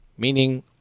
meaning